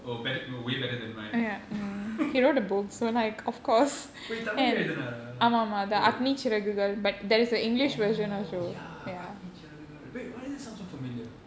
oh better way better than mine pp wait tamil lah எழுதினாரா:eludhinaaraa oh oh ya Agnichiragugal wait why does it sound so familiar